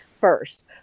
first